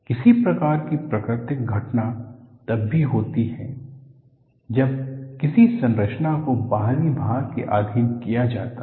किसी प्रकार की प्राकृतिक घटना तब भी होती है जब किसी संरचना को बाहरी भार के अधीन किया जाता है